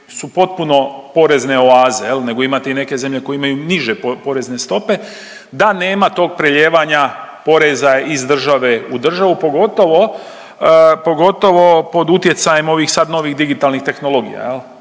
su potpuno porezne oaze jel nego imate i neke zemlje koje imaju niže porezne stope, da nema tog preljevanja poreza iz države u državu, pogotovo, pogotovo pod utjecajem ovih sad novih digitalnih tehnologija